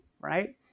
right